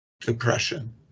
depression